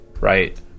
right